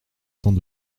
temps